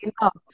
enough